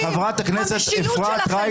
חברת הכנסת אפרת רייטן,